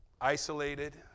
isolated